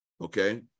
Okay